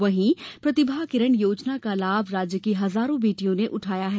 वहीं प्रतिभा किरण योजना का लाभ राज्य की हजारों बेटियों ने उठाया है